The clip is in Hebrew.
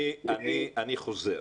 אני חוזר.